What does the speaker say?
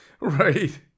Right